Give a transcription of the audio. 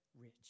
rich